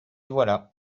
voilà